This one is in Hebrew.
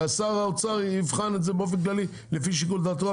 ששר האוצר יבחן את זה באופן כללי לפי שיקול דעתו?